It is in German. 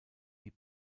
die